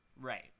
Right